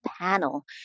panel